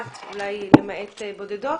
למעט בודדות.